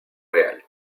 real